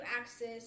access